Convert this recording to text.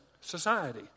society